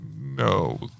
No